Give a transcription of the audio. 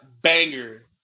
banger